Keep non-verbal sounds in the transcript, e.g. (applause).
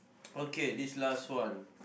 (noise) okay this last one